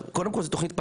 קודם כל זו תכנית פיילוט,